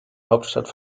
hauptstadt